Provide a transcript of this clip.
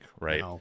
right